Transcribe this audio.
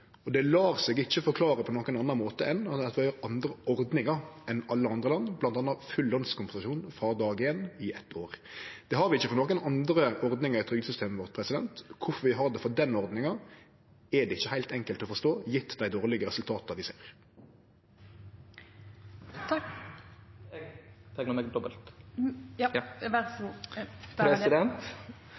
lar seg ikkje forklare på nokon annan måte enn at vi har andre ordningar enn alle andre land, bl.a. full lønskompensasjon frå dag éin i eitt år. Det har vi ikkje for nokon andre ordningar i trygdesystemet vårt. Kvifor vi har det for den ordninga, er det ikkje heilt enkelt å forstå, med dei dårlege resultata vi